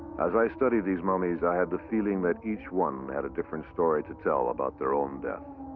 as i studied these mummies, i had the feeling that each one had a different story to tell about their own death.